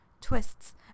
twists